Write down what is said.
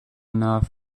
enough